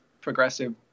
progressive